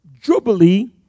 Jubilee